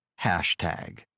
Hashtag